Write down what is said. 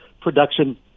production